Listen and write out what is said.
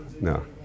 no